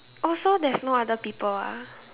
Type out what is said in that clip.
oh so there's no other people ah